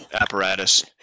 apparatus